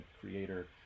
creator